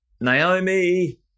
Naomi